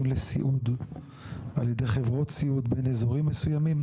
לסיעוד על ידי חברות סיעוד בין אזורים מסוימים?